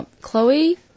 Chloe